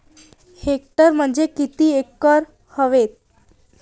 Hectare म्हणजे किती acre व्हते?